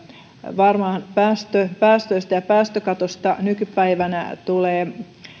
varmaan päästöistä päästöistä ja päästökatosta nykypäivänä tulevat